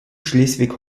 schleswig